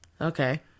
okay